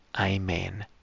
Amen